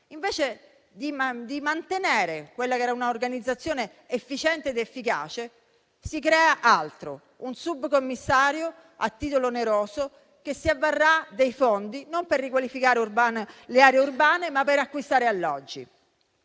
invece di mantenere quella organizzazione efficiente ed efficace, si crea altro si crea un subcommissario a titolo oneroso che si avvarrà dei fondi non per riqualificare le aree urbane, ma per acquistare alloggi.